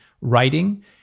writing